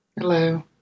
Hello